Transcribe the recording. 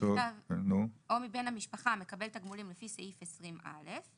או מבן משפחה המקבל תגמולים לפי סעיף 20א,